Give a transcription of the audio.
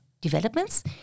developments